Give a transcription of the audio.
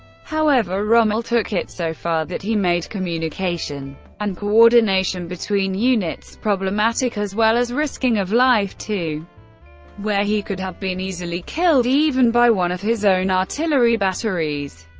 however rommel took it so far that he made communication and coordination between units problematic, as well as risking of life to where he could have been easily killed even by one of his own artillery batteries.